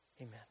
Amen